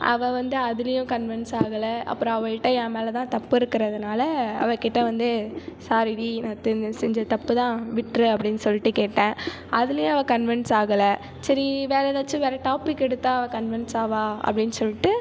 அவள் வந்து அதுலையும் கன்விண்ஸ் ஆகவில்லை அப்புறம் அவளிடம் என் மேலேதான் தப்பு இருக்குறதனால அவளிடம் வந்து ஸாரி டி நான் செஞ்சது தப்பு தான் விட்டுரு அப்படின்னு சொல்லிட்டு கேட்டேன் அதுலையும் அவள் கன்விண்ஸ் ஆகலை சரி வேறு எதாச்சும் வேறு டாபிக் எடுத்தால் அவள் கன்விண்ஸ் ஆவாள் அப்படின்னு சொல்லிட்டு